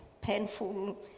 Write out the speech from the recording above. painful